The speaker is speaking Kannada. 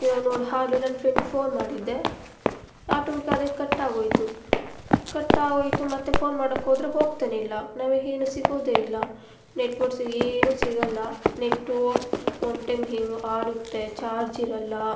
ಇವಾಗ ನೋಡಿ ಆಗ್ಲೇ ನನ್ನ ಫ್ರೆಂಡಿಗ್ ಫೋನ್ ಮಾಡಿದ್ದೆ ಆಟೋಮೆಟಿಕ್ ಅದೇ ಕಟ್ಟಾಗೋಯಿತು ಕಟ್ಟಾಗೋಯಿತು ಮತ್ತು ಫೋನ್ ಮಾಡೋಕೆ ಹೋದ್ರೆ ಹೋಗ್ತಾನೆ ಇಲ್ಲ ನಮಗೇನು ಸಿಗೋದೆ ಇಲ್ಲ ನೆಟ್ವರ್ಕ್ಸ್ ಏನೂ ಸಿಗೋಲ್ಲ ನೆಟ್ಟು ಒನ್ ಟೈಮ್ ಹೆಂಗೊ ಆಡುತ್ತೆ ಚಾರ್ಜ್ ಇರಲ್ಲ